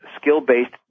skill-based